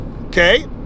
Okay